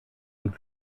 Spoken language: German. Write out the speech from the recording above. und